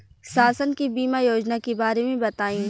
शासन के बीमा योजना के बारे में बताईं?